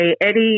Eddie